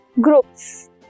groups